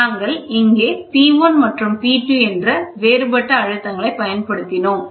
நாங்கள் இங்கே P1 மற்றும் P2 என்ற வேறுபட்ட அழுத்தங்களைப் பயன்படுத்தினோம்